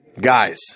Guys